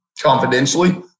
confidentially